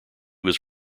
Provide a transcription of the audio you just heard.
was